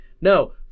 No